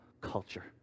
culture